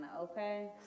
Okay